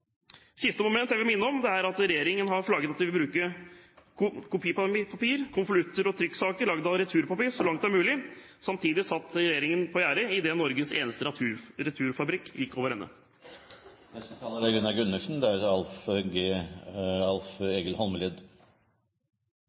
Siste moment jeg vil minne om, er at regjeringen har flagget at de vil bruke kopipapir, konvolutter og trykksaker laget av returpapir så langt det er mulig. Samtidig satt regjeringen på gjerdet idet Norges eneste returfabrikk gikk over